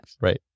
Right